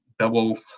double